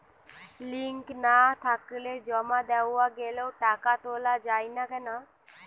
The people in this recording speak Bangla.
লিঙ্ক না থাকলে জমা দেওয়া গেলেও টাকা তোলা য়ায় না কেন?